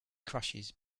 crushes